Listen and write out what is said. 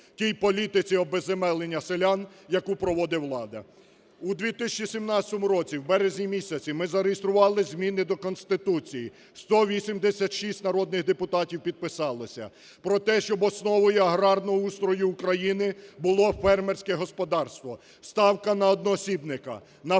тій політиці обезземелення селян, яку проводе влада. У 2017 році, в березні місяці, ми зареєстрували зміни до Конституції, 186 народних депутатів підписалося, про те, щоб основою аграрного устрою України було фермерське господарство, ставка на одноосібника, на фермера,